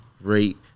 rate